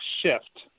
shift